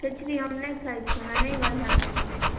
खिचड़ी हम नहि खाय छियै हमरा नहि बढिआँ लागैय